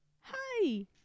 Hi